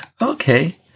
Okay